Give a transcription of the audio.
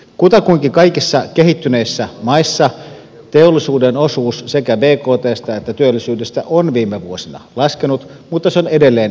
kutakuinkin kaikissa kehittyneissä maissa teollisuuden osuus sekä bktstä että työllisyydestä on viime vuosina laskenut mutta se on edelleen erityisen merkittävä